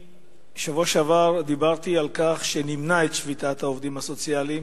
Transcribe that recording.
בשבוע שעבר אני דיברתי על כך שנמנע את שביתת העובדים הסוציאליים,